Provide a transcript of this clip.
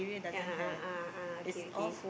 ya ah ah ah ah ah okay okay